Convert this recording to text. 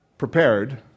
Prepared